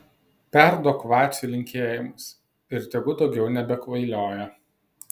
perduok vaciui linkėjimus ir tegu daugiau nebekvailioja